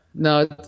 No